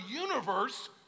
universe